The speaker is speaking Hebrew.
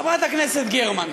חברת הכנסת גרמן,